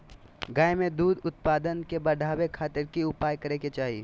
गाय में दूध उत्पादन के बढ़ावे खातिर की उपाय करें कि चाही?